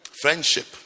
Friendship